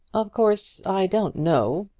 of course i don't know,